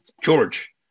George